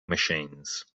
machines